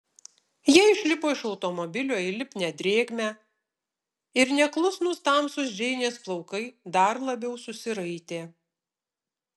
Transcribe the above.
jie išlipo iš automobilio į lipnią drėgmę ir neklusnūs tamsūs džeinės plaukai dar labiau susiraitė